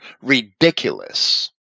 ridiculous